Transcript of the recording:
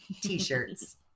t-shirts